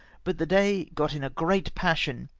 but the dey got in a great passion,